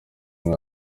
umwe